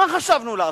מה חשבנו לעצמנו?